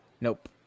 Nope